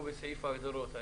אנחנו בסעיף ההגדרות.